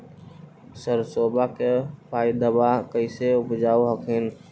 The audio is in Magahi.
सरसोबा के पायदबा कैसे उपजाब हखिन?